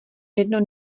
jedno